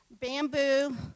bamboo